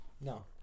No